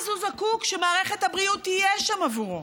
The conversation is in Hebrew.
אז הוא זקוק שמערכת הבריאות תהיה שם עבורו,